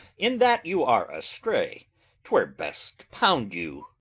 in that you are astray twere best pound you.